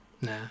Nah